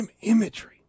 imagery